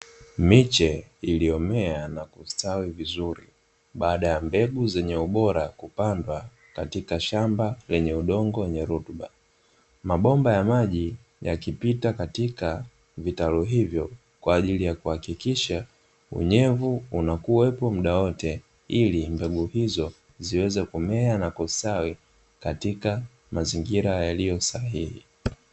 Miche iliyomea na kustawi vizuri baada ya mbegu zenye ubora zilizopandwa katika shamba lenye udongo wenye rutuba. Mabomba ya maji yakipita katika vitalu hivyo, kwa ajili ya kuhakikisha unyevu unakuwepo muda wote, ili mbegu hizo ziweze kumea na kustawi katika mazingira yaliyo sahihi.